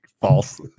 false